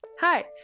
Hi